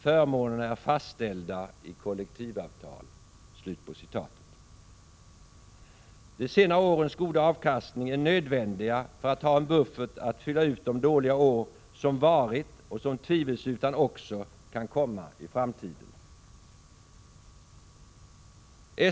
Förmånerna är fastställda i kollektivavtal.” De senare årens goda avkastning är nödvändig för att ha en buffert så att man kan fylla ut de dåliga år som varit och som tvivelsutan också kan komma i framtiden.